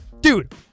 dude